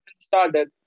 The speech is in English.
started